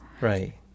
Right